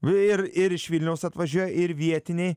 ir ir iš vilniaus atvažiuoja ir vietiniai